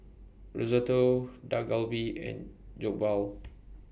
Risotto Dak Galbi and Jokbal